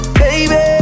baby